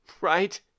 right